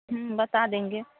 बता देंगे